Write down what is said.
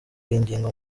yinginga